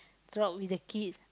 throughout with the kids